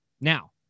Now